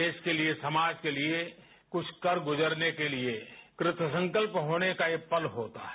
देश के लिए समाज के लिए क्छ कर गुजरने के लिए कृतसंकल्प होने का ये पल होता है